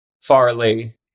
Farley